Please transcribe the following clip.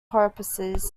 purposes